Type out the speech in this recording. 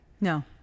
No